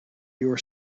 your